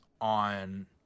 on